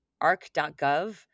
arc.gov